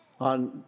on